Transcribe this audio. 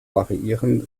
variieren